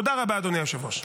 תודה רבה, אדוני היושב-ראש.